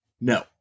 no